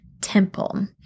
temple